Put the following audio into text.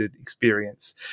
experience